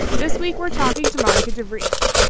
this week, we're talking to monica devries.